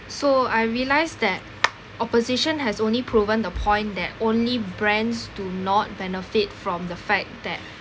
so I realised that opposition has only proven the point that only brands do not benefit from the fact that